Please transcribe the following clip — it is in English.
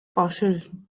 fossils